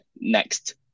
next